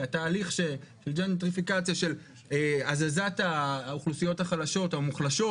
כי התהליך של הזזת האוכלוסיות החלשות או המוחלשות